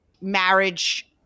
marriage